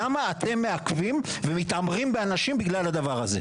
למה אתם מעכבים ומתעמרים באנשים בגלל הדבר הזה?